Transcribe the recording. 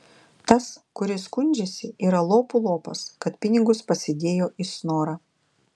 tas kuris skundžiasi yra lopų lopas kad pinigus pasidėjo į snorą